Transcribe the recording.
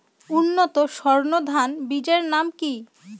উন্নত সর্ন ধান বীজের নাম কি?